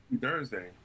Thursday